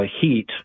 heat